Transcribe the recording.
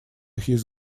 his